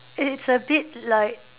it's a bit like